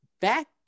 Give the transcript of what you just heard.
Back